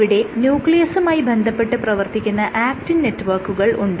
ഇവിടെ ന്യൂക്ലിയസുമായി ബന്ധപ്പെട്ട് പ്രവർത്തിക്കുന്ന ആക്റ്റിൻ നെറ്റ്വർക്കുകൾ ഉണ്ട്